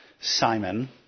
Simon